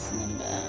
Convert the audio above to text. number